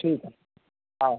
ठीक है हाँ